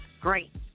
great